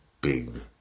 big